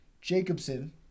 Jacobson